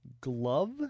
glove